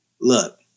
Look